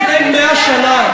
לפני 100 שנה,